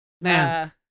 man